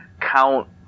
count